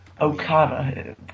Okada